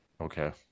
Okay